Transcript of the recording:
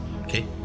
Okay